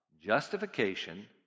justification